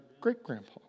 great-grandpa